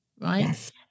right